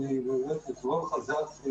בבקשה, דקה קצרה כי אנחנו מוכרחים לסיים.